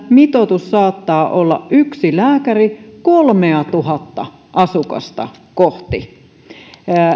mitoitus saattaa olla yksi lääkäri kolmeatuhatta asukasta kohti